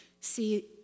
see